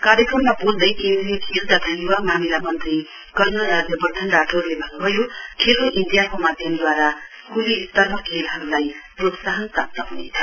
कार्यक्रममा वोल्दै केन्द्रीय खेल तथा युवा मामिला मन्त्री कर्नल राज्यवर्ध्दन राठोरले भन्नुभयो खेलो इण्डिया को माध्यमद्वारा स्कूली स्तरमा खेलहरुलाई प्रोत्साहन प्राप्त हुनेछ